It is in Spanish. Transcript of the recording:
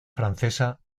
francesa